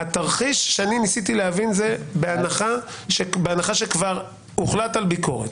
התרחיש שאני ניסיתי להבין זה בהנחה שכבר הוחלט על ביקורת.